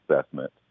assessment